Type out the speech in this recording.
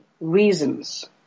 reasons